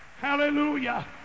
Hallelujah